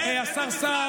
איזה משרד?